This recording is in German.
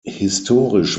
historisch